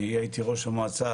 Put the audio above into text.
אני הייתי ראש המועצה